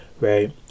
right